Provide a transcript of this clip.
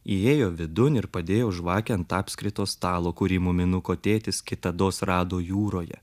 įėjo vidun ir padėjo žvakę ant apskrito stalo kurį muminuko tėtis kitados rado jūroje